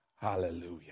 Hallelujah